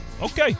Okay